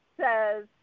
says